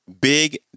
Big